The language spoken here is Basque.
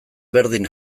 berdin